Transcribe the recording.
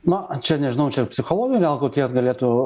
na čia nežinau čia psichologai gal kokie galėtų